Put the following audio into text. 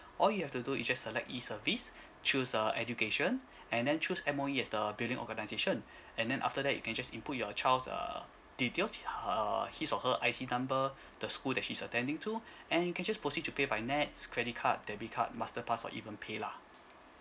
all you have to do is just select e service choose a education and then choose M_O_E as the billing organisation and then after that you can just input your child's err details her his or her I_C number the school that she's attending to and you can just proceed to pay by nets credit card debit card masterpass or even paylah